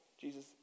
Jesus